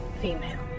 female